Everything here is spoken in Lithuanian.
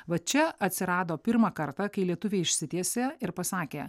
va čia atsirado pirmą kartą kai lietuviai išsitiesė ir pasakė